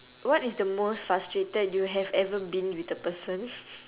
what is the most frustrated you have ever been with the person